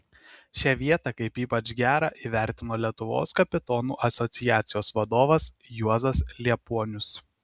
šią vietą kaip ypač gerą įvertino lietuvos kapitonų asociacijos vadovas juozas liepuonius